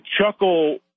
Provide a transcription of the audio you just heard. chuckle